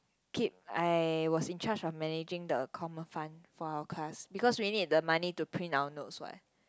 keep I was in charge of managing the common fund for our class because we need the money to print our notes what